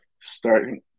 starting